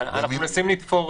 אנחנו מנסים לתפור,